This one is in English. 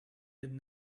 had